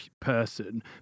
person